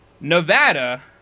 Nevada